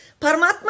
Paramatma